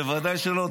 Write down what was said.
בוודאי שלא.